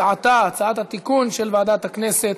הצעת ועדת הכנסת